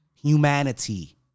Humanity